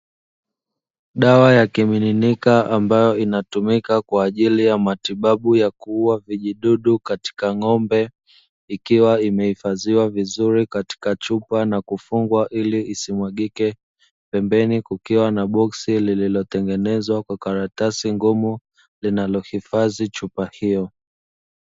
Dawa ya kimiminika ambayo inatumika kwa ajili ya matibabu ya kuua vijidudu katika ng'ombe, ikiwa imehifadhiwa vizuri katika chupa na kufungwa ili isimwagike pembeni kukiwa na boksi liliotengenezwa kwa karatasi ngumu linalohifadhi chupa hiyo.